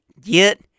Get